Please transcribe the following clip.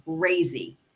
crazy